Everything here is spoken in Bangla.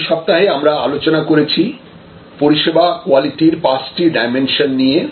এই সপ্তাহে আমরা আলোচনা করেছি পরিষেবা কোয়ালিটির পাঁচটি ডাইমেনশন নিয়ে